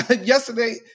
Yesterday